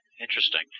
Interesting